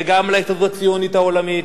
וגם על ההסתדרות הציונית העולמית,